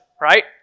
right